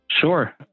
Sure